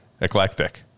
eclectic